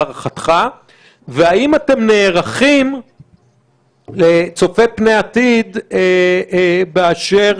והאם אתם נערכים צופה פני עתיד באשר